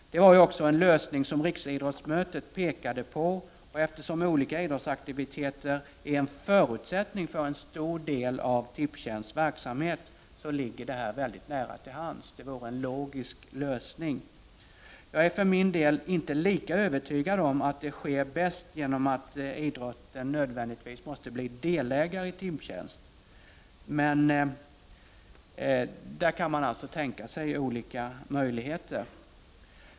Det var också en lösning som riksidrottsmötet pekade på. Eftersom olika idrottsaktiviteter är en förutsättning för en stor del av tipstjänsts verksamhet ligger det nära till hands — det vore en logisk lösning. Jag är för min del inte lika övertygad om att det sker bäst genom att idrotten blir delägare i tipstjänst. Men där kan man tänka sig olika möjligheter.